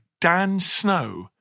DANSNOW